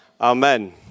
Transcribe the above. Amen